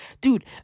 dude